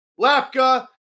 Lapka